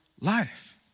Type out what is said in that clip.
life